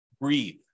Breathe